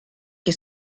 que